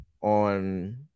on